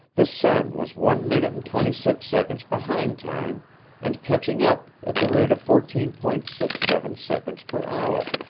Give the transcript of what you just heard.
the sun was one minute and twenty six seconds behind time and catching up at the rate of fourteen point six seven seconds per hour.